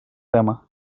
tema